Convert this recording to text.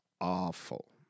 awful